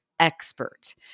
expert